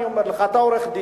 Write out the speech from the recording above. אני אומר לך: אתה עורך-דין,